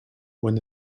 when